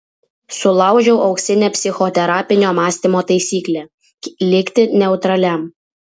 sulaužiau auksinę psichoterapinio mąstymo taisyklę likti neutraliam